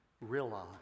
realize